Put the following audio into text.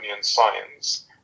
science